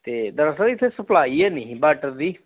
ਅਤੇ ਦਰਅਸਲ ਇੱਥੇ ਸਪਲਾਈ ਹੈ ਨਹੀਂ ਸੀ ਵਾਟਰ ਦੀ